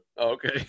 Okay